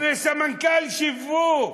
וסמנכ"ל שיווק,